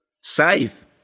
Save